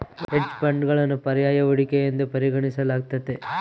hedge ಫಂಡ್ಗಳನ್ನು ಪರ್ಯಾಯ ಹೂಡಿಕೆ ಎಂದು ಪರಿಗಣಿಸಲಾಗ್ತತೆ